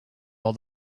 all